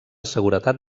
seguretat